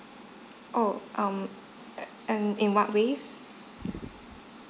oh um and it what ways